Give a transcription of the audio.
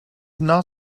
not